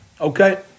Okay